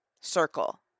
circle